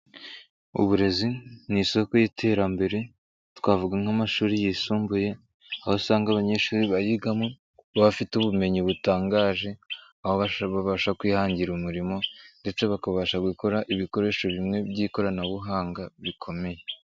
Uburezi ni isoko y'iterambere twavuga nk'amashuri yisumbuye aho usanga abanyeshuri bayigamo' bafite ubumenyi butangaje babasha kwihangira umurimo ndetse bakabasha gukora ibikoresho bimwe by'ikoranabuhanga bikomeye.